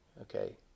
Okay